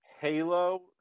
Halo